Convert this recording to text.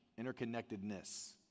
interconnectedness